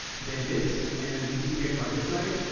then this, and then these two get multiplied.